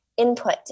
input